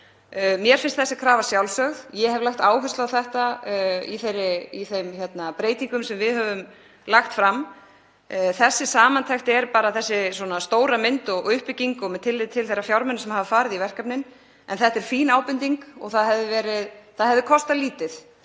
Mér finnst þessi krafa sjálfsögð. Ég hef lagt áherslu á þetta í þeim breytingum sem við höfum lagt fram. Þessi samantekt er bara þessi stóra mynd og uppbygging, með tilliti til þeirra fjármuna sem hafa farið í verkefnin. En þetta er fín ábending og það hefði kostað lítið